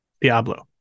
Diablo